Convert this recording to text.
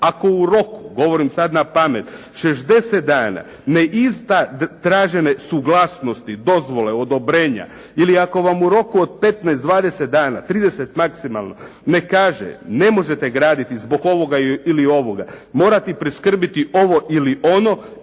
ako u roku govorim sada na pamet, 60 dana ne izda tražene suglasnosti, dozvole, odobrenja ili ako vam u roku od 15, 20 dana, 30 maksimalno ne kaže ne možete graditi zbog ovoga ili onoga, morate priskrbiti ovo ili ono,